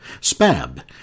Spab